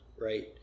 right